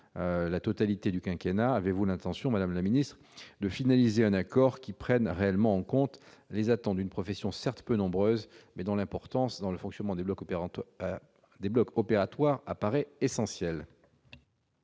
quasi-totalité du quinquennat. Avez-vous l'intention, madame la secrétaire d'État, de finaliser un accord qui prenne réellement en compte les attentes d'une profession, certes peu nombreuse, mais dont l'importance dans le fonctionnement des blocs opératoires est essentielle ?